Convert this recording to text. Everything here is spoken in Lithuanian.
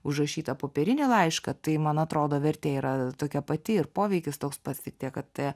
užrašytą popierinį laišką tai man atrodo vertė yra tokia pati ir poveikis toks pats tik tiek kad tie